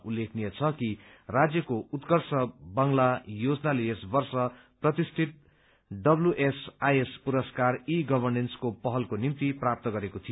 उल्लेखनीय छ कि राज्यको उत्कर्ष बांग्ला योजनाले यस वर्ष प्रतिष्ठित डब्ल्यूएसआईएस पुरस्कार ई गवर्नेन्सको पहलको निम्ति प्राप्त गरेको थियो